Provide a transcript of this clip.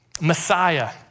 Messiah